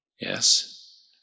yes